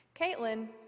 caitlin